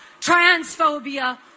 transphobia